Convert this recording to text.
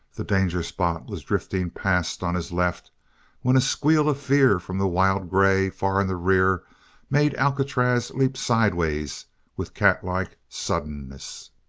the danger spot was drifting past on his left when a squeal of fear from the wild grey far in the rear made alcatraz leap sidewise with catlike suddenness.